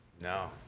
No